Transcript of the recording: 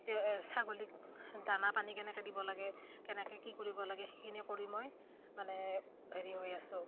ছাগলীক দানা পানী কেনেকৈ দিব লাগে কেনেকৈ কি কৰিব লাগে সেইখিনি কৰি মই মানে হেৰি হৈ আছো